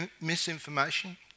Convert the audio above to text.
misinformation